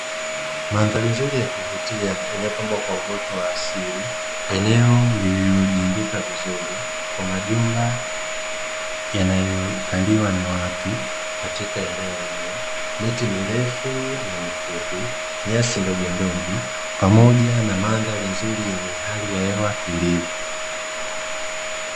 Mandhari nzuri ya kuvutia iliyopambwa kwa uoto wa asili, eneo lililojengeka vizuri, kwa majumba yanayokaliwa na watu katika eneo hilo, miti mirefu na mifupi, nyasi ndogondogo pamoja na mandhari nzuri yenye hali ya hewa tulivu.